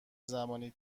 زمانی